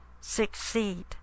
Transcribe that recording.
succeed